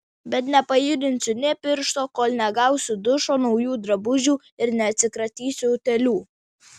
bet nepajudinsiu nė piršto kol negausiu dušo naujų drabužių ir neatsikratysiu utėlių